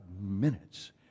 minutes